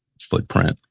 footprint